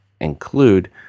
include